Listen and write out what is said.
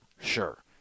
Sure